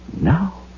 Now